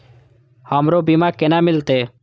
हमरो बीमा केना मिलते?